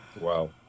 Wow